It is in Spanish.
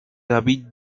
david